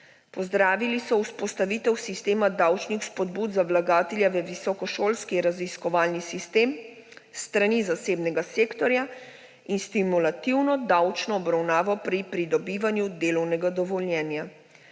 Pozdravili so vzpostavitev sistema davčnih spodbud za vlagatelja v visokošolski raziskovalni sistem s strani zasebnega sektorja in stimulativno davčno obravnavo pri pridobivanju delovnega dovoljenja.